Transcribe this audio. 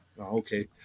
Okay